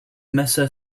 mesa